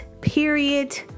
period